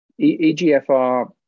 EGFR